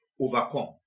overcome